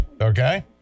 Okay